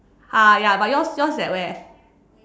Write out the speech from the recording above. ah ya but yours yours is at where